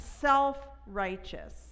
self-righteous